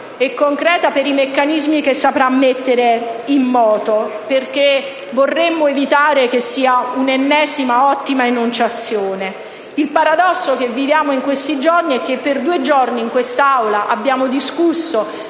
e concreta per i meccanismi che saprà mettere in moto, perché vorremmo evitare che sia un'ennesima ottima enunciazione. Il paradosso che viviamo è che per due giorni in questa Aula abbiamo discusso